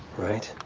right?